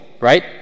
Right